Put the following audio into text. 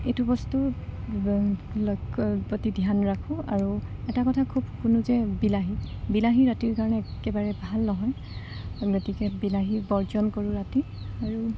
এইটো বস্তু প্ৰতি ধ্যান ৰাখোঁ আৰু এটা কথা খুব শুনো যে বিলাহী বিলাহী ৰাতিৰ কাৰণে একেবাৰে ভাল নহয় গতিকে বিলাহী বৰ্জন কৰোঁ ৰাতি আৰু